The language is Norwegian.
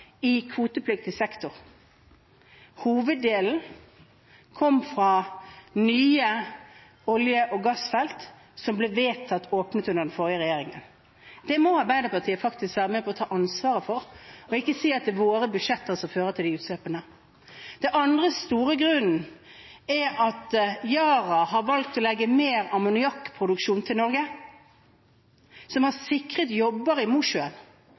i kvotepliktig sektor. Hoveddelen kom fra nye olje- og gassfelt, som ble vedtatt åpnet under den forrige regjeringen. Det må Arbeiderpartiet faktisk være med på å ta ansvaret for og ikke si at det er våre budsjetter som fører til disse utslippene. Den andre grunnen til utslippsøkningen er at Yara har valgt å legge mer ammoniakkproduksjon til Norge, noe som har sikret jobber i Mosjøen,